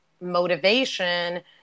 motivation